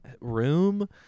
room